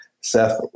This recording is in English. Seth